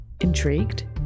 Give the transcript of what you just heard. Intrigued